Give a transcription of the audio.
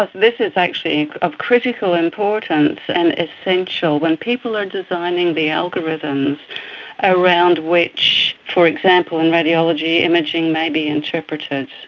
but this is actually of critical importance and essential. when people are designing the algorithms around which, for example, in radiology imaging may be interpreted,